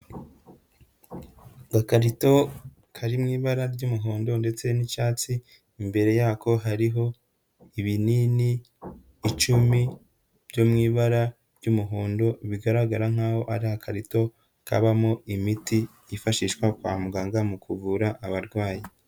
Agakarito kari mu ibara ry'umuhondo ndetse n'icyatsi, imbere yako hariho ibinini icumi byo mu ibara ry'umuhondo, bigaragara nkaho ari agakarito kabamo imiti yifashishwa kwa muganga mu kuvura abarwayi.